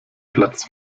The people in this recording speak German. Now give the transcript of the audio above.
platz